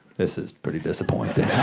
this is pretty disappointing.